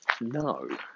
no